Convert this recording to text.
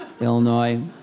Illinois